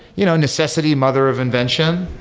you know necessity, mother of invention,